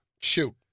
Shoot